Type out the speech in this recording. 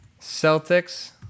Celtics